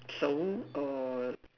so err